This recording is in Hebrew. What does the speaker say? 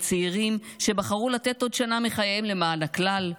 צעירים שבחרו לתת עוד שנה מחייהם למען הכלל.